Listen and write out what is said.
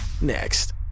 Next